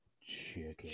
Chicken